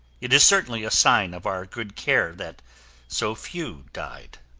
it is certainly a sign of our good care that so few died.